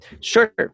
Sure